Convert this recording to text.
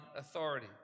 authority